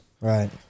right